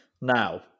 Now